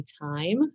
time